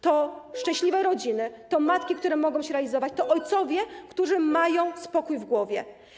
To szczęśliwe rodziny, to matki, które mogą się realizować, to ojcowie, którzy mają spokój w głowie.